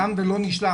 תם ולא נשלם,